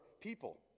people